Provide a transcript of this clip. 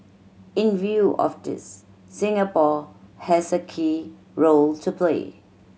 in view of this Singapore has a key role to play